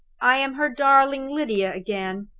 i am her darling lydia again!